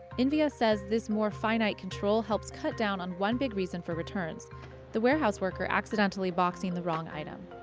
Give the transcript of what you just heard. invia says this more finite control helps cut down on one big reason for returns the warehouse worker accidentally boxing the wrong item.